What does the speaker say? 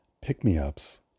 pick-me-ups